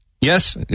Yes